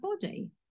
body